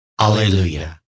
alleluia